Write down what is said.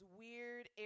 weird